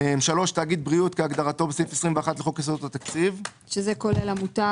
(3)תאגיד בריאות כהגדרתו בסעיף 21 לחוק יסודות התקציב," זה כולל "עמותה,